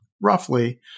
roughly